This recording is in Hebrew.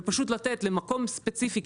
ופשוט לתת למקום ספציפי,